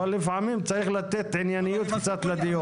אבל לפעמים צריך לתת ענייניות קצת לדיון.